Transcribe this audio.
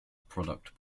product